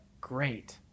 great